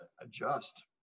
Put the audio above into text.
adjust